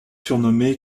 surnommé